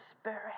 spirit